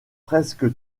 presque